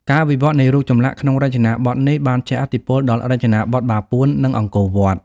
ការវិវត្តនៃរូបចម្លាក់ក្នុងរចនាបថនេះបានជះឥទ្ធិពលដល់រចនាបថបាពួន និងអង្គរវត្ត។